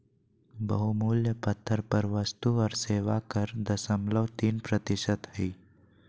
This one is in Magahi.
बहुमूल्य पत्थर पर वस्तु और सेवा कर दशमलव तीन प्रतिशत हय